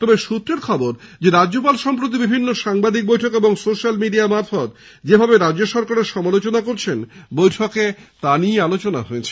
তবে সৃত্রের খবর রাজ্যপাল সম্প্রতি বিভিন্ন সাংবাদিক বৈঠক এবং সোশ্যাল মিডিয়া মারফত যেভাবে রাজ্য সরকারের সমালোচনা করছেন বৈঠকে তা নিয়ে আলোচনা হয়েছে